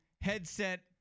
headset